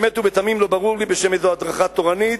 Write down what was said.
באמת ותמים לא ברור לי בשם איזה הדרכה תורנית,